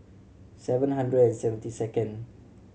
seven hundred and seventy second